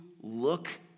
look